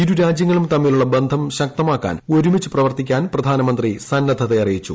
ഇരുരാജ്യങ്ങളും തമ്മിലുള്ള ബന്ധം ശക്തമാക്കാൻ ഒരുമിച്ച് പ്രവർത്തിക്കാൻ പ്രധാനമന്ത്രി സന്നദ്ധത അറിയിച്ചു